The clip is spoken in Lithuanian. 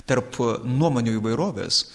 tarp nuomonių įvairovės